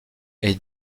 est